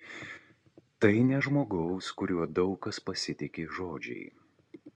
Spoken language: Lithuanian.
tai ne žmogaus kuriuo daug kas pasitiki žodžiai